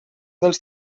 dels